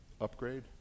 upgrade